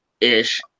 ish